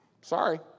Sorry